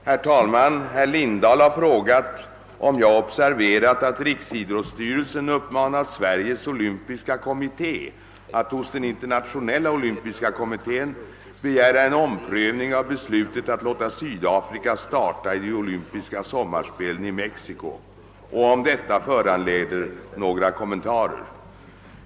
Herr talman! Herr Lindahl har frågat om jag observerat att riksidrottsstyrelsen uppmanat Sveriges olympiska kommitté att hos den internationella olympiska kommittén begära en omprövning av beslutet att låta Sydafrika starta i de olympiska sommarspelen i Mexiko och om detta föranleder någon kommentar.